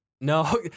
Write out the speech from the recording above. No